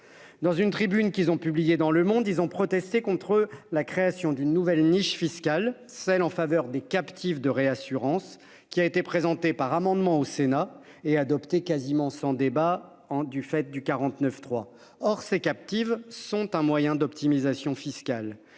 Dans une tribune qu'ils ont publié dans Le monde ils ont protesté contre la création d'une nouvelle niche fiscale, celle en faveur des captives de réassurances qui a été présenté par amendement au Sénat et adopter, quasiment sans débat en du fait du 49.3. Or ces captives sont un moyen d'optimisation fiscale.